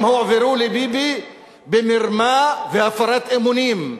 הם הועברו לביבי במרמה והפרת אמונים.